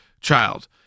child